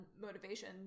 motivation